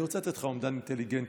אני רוצה לתת לך אומדן אינטליגנטי.